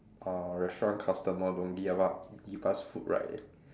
uh restaurant customer don't give us what give us food right